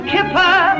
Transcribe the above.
Kipper